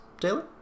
Taylor